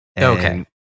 Okay